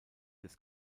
des